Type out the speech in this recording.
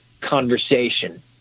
conversation